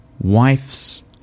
wife's